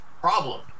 problem